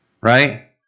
right